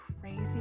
crazy